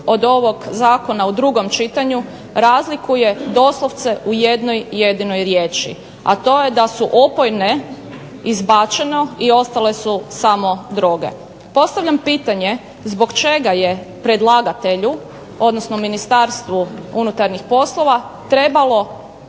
od ovog zakona u drugom čitanju razlikuje doslovce u jednoj jedinoj riječi, a to je da su opojne izbačeno i ostale su samo droge. Postavljam pitanje zbog čega je predlagatelju odnosno Ministarstvu unutarnjih poslova trebalo